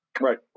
right